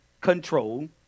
control